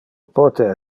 pote